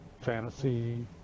fantasy